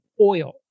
Oil